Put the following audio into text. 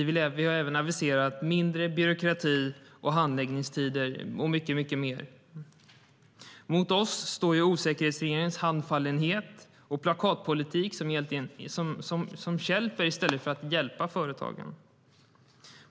Vi har även aviserat mindre byråkrati, kortare handläggningstider och mycket mer. Mot oss står osäkerhetsregeringens handfallenhet och plakatpolitik, som stjälper i stället för hjälper företagen.